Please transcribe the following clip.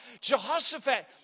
Jehoshaphat